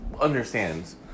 understands